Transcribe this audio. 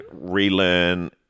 relearn